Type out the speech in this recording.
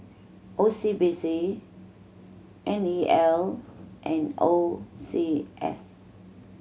O C B C N E L and O C S